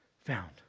found